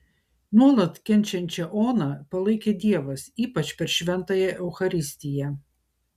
nuolat kenčiančią oną palaikė dievas ypač per šventąją eucharistiją